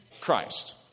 Christ